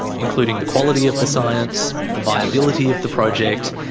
including the quality of the science the viability of the project,